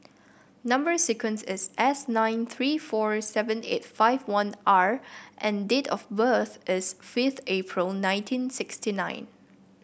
number sequence is S nine three four seven eight five one R and date of birth is fifth April nineteen sixty nine